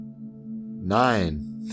Nine